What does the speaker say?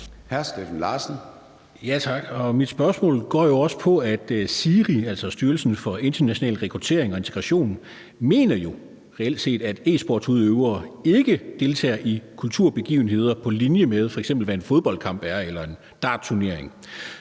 Mit spørgsmål går jo også på, at SIRI, altså Styrelsen for International Rekruttering og Integration, jo mener, at e-sportsudøvere reelt set ikke deltager i kulturbegivenheder på linje med f.eks. sportsudøvere i en fodboldkamp, en dartturnering